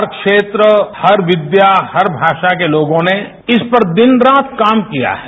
हर क्षेत्र हर विद्या हर भाषा के लोगों ने इस पर दिन रात काम किया है